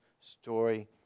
story